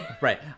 Right